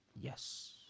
Yes